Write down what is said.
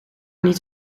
niet